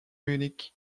munich